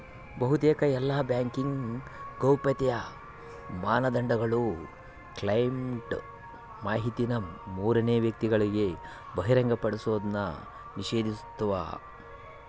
ಬಹುತೇಕ ಎಲ್ಲಾ ಬ್ಯಾಂಕಿಂಗ್ ಗೌಪ್ಯತೆಯ ಮಾನದಂಡಗುಳು ಕ್ಲೈಂಟ್ ಮಾಹಿತಿನ ಮೂರನೇ ವ್ಯಕ್ತಿಗುಳಿಗೆ ಬಹಿರಂಗಪಡಿಸೋದ್ನ ನಿಷೇಧಿಸ್ತವ